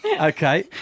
Okay